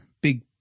big